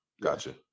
gotcha